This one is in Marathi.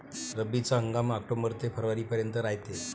रब्बीचा हंगाम आक्टोबर ते फरवरीपर्यंत रायते